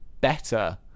better